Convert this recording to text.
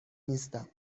نیستم